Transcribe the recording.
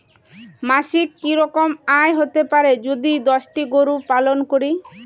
মাসিক কি রকম আয় হতে পারে যদি দশটি গরু পালন করি?